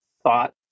Thought